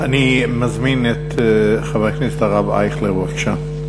אני מזמין את חבר הכנסת הרב אייכלר, בבקשה.